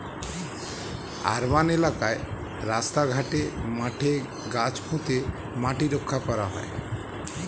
urban এলাকায় রাস্তা ঘাটে, মাঠে গাছ পুঁতে মাটি রক্ষা করা হয়